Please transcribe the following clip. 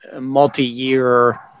multi-year